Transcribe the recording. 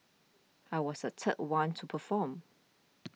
I was the third one to perform